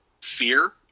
fear